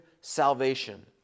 salvation